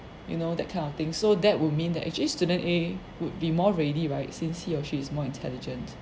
you know that kind of thing so that would mean that actually student A would be more ready right since he or she is more intelligent